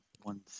one